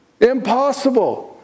Impossible